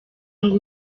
ngo